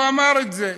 הוא אמר את זה.